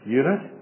unit